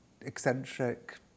eccentric